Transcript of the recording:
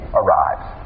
arrives